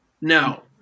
No